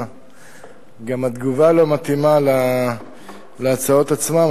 גם התגובה לא מתאימה להצעות עצמן.